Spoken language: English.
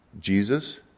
Jesus